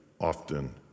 often